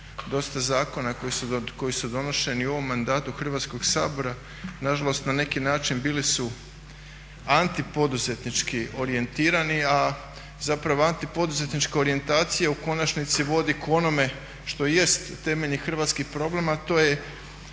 Dosta zakona koji su donošeni u ovom mandatu Hrvatskog sabora, nažalost na neki način bili su antipoduzetnički orijentirani, a zapravo antipoduzetnička orijentacija u konačnici vodi k onome što jest temeljni hrvatski problem, a to je